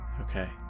Okay